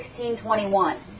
1621